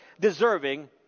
deserving